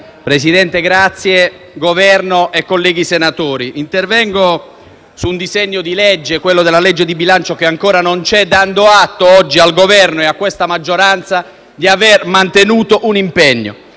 Presidente, Governo, colleghi senatori, intervengo su un disegno di legge di bilancio che ancora non c'è, dando atto oggi al Governo e a questa maggioranza di aver mantenuto un impegno.